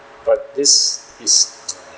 but this is